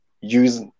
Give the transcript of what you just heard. use